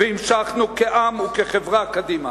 והמשכנו כעם וכחברה קדימה.